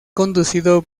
conducido